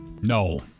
No